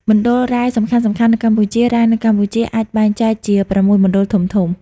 មណ្ឌលរ៉ែសំខាន់ៗនៅកម្ពុជា រ៉ែនៅកម្ពុជាអាចបែងចែកជា ៦ មណ្ឌលធំៗ។